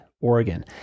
Oregon